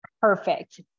perfect